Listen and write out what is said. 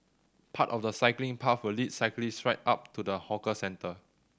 part of the cycling path will lead cyclists right up to the hawker centre